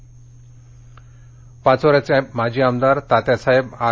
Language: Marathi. निधन पाचोऱ्याचे माजी आमदार तात्यासाहेब आर